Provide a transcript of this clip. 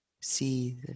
see